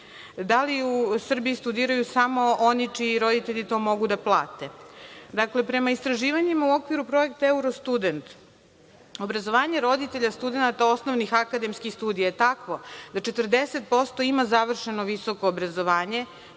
Da li u Srbiji studiraju samo oni čiji roditelji to mogu da plate? Dakle, prema istraživanju u okviru projekta „Euro student“ obrazovanje roditelja studenata osnovnih akademskih studija je takvo da 40% ima završeno visoko obrazovanje,